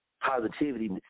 Positivity